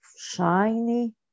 shiny